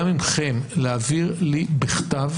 גם מכם, להעביר לי בכתב